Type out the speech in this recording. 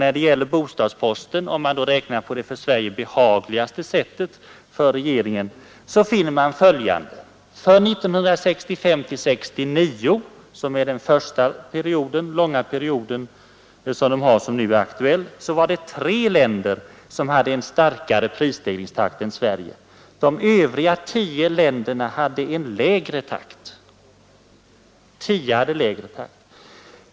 Däri finner man följande, om man räknar på det för den svenska regeringen behagligaste sättet i fråga om bostadskostnaderna. Under tiden 1965—1969 var det tre länder som hade en snabbare prisstegringstakt än Sverige. Tio länder hade en lägre takt!